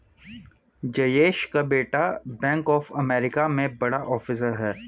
जयेश का बेटा Bank of America में बड़ा ऑफिसर है